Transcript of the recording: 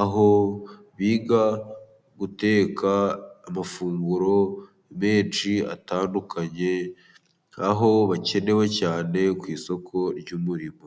aho biga guteka amafunguro menshi atandukanye, aho bakenewe cyane ku isoko ry'umurimo.